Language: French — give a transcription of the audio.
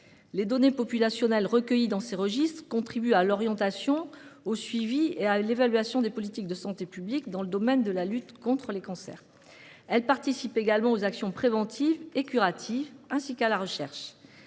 Les données populationnelles recueillies dans ces registres contribuent à l'orientation, au suivi et à l'évaluation des politiques de santé publique dans le domaine de la lutte contre les cancers. Elles participent également aux actions préventives et curatives, ainsi qu'à la recherche.